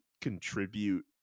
contribute